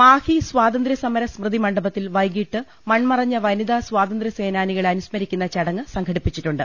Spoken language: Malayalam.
മാഹി സ്വാതന്ത്രൃ സമര സ്മൃതി മണ്ഡപത്തിൽ വൈകീട്ട് മൺമ റഞ്ഞ വനിതാ സ്വാതന്ത്രൃ സേനാനികളെ അനുസ്മരിക്കുന്ന ചടങ്ങ് സംഘടിപ്പിച്ചിട്ടുണ്ട്